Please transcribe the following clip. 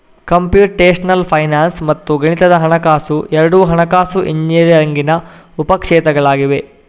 computational finance ಮತ್ತು ಗಣಿತದ ಹಣಕಾಸು ಎರಡೂ ಹಣಕಾಸು ಇಂಜಿನಿಯರಿಂಗಿನ ಉಪ ಕ್ಷೇತ್ರಗಳಾಗಿವೆ